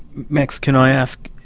max, can i ask,